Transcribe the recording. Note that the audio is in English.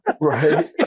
right